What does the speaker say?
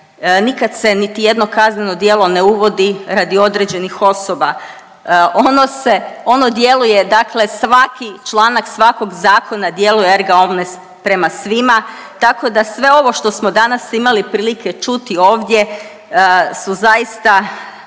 Nikad se niti jedno kazneno djelo ne uvodi radi određenih osoba. Ono se, ono djeluje dakle svaki članak svakog zakona djeluje erga omnes prema svima, tako da sve ovo što smo danas imali prilike čuti ovdje su zaista